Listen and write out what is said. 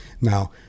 Now